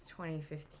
2015